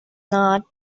not